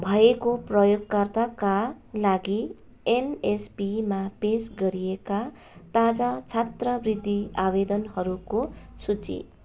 भएको प्रयोगकर्ताका लागि एनएसपीमा पेस गरिएका ताजा छात्रवृति आवेदनहरूको सूची